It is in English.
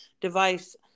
device